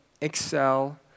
excel